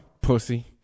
Pussy